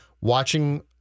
watching